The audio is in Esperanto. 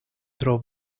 tro